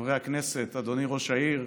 חברי הכנסת, אדוני ראש העירייה,